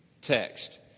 text